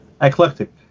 eclectic